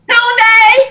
Today